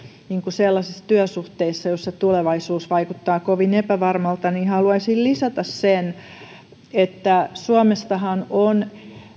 sellaisissa työsuhteissa joissa tulevaisuus vaikuttaa kovin epävarmalta haluaisin lisätä sen että suomestahan on